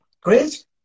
Great